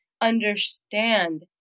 understand